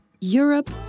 Europe